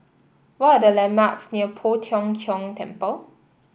what are the landmarks near Poh Tiong Kiong Temple